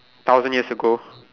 thousand years ago